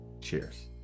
cheers